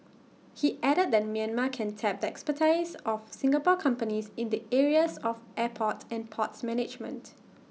he added that Myanmar can tap the expertise of Singapore companies in the areas of airport and port management